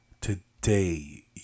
today